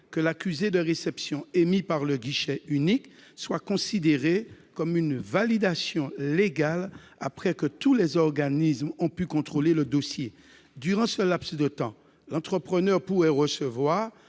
que l'accusé de réception émis par le guichet unique soit considéré comme une validation légale après que tous les organismes ont pu contrôler le dossier. Durant ce laps de temps, l'entrepreneur pourrait recevoir